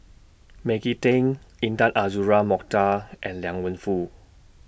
Maggie Teng Intan Azura Mokhtar and Liang Wenfu